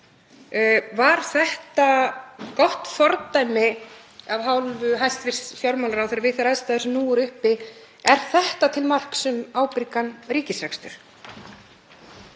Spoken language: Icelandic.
Var þetta gott fordæmi af hálfu hæstv. fjármálaráðherra við þær aðstæður sem nú eru uppi? Er þetta til marks um ábyrgan ríkisrekstur?